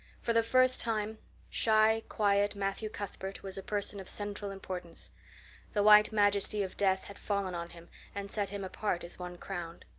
for the first time shy, quiet matthew cuthbert was a person of central importance the white majesty of death had fallen on him and set him apart as one crowned.